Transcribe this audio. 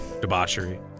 Debauchery